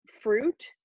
fruit